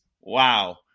Wow